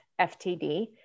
FTD